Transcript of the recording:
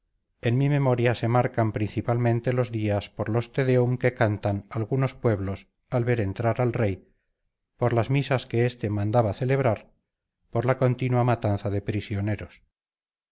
en mi memoria se marcan principalmente los días por los te deum que cantaban algunos pueblos al ver entrar al rey por las misas que este mandaba celebrar por la continua matanza de prisioneros